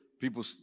People